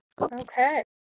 Okay